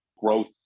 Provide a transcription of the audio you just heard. growth